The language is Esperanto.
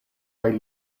kaj